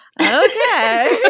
Okay